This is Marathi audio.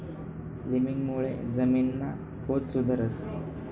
लिमिंगमुळे जमीनना पोत सुधरस